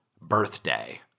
birthday